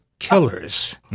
killers